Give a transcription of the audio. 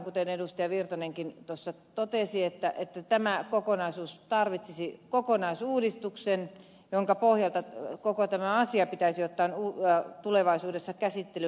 virtanenkin tuossa totesi että tämä kokonaisuus tarvitsisi kokonaisuudistuksen jonka pohjalta koko tämä asia pitäisi ottaa tulevaisuudessa käsittelyyn